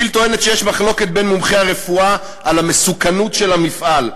כי"ל טוענת שיש מחלוקת בין מומחי הרפואה על המסוכנות של המפעל.